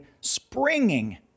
springing